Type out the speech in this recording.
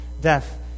death